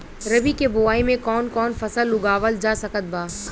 रबी के बोआई मे कौन कौन फसल उगावल जा सकत बा?